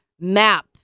map